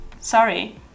sorry